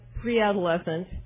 pre-adolescent